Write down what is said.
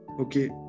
Okay